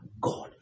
God